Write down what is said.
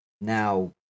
now